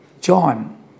John